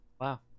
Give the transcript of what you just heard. Wow